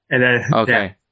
Okay